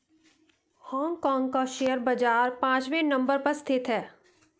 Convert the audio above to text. Hong Kong का share बाजार पांचवे नम्बर पर स्थित है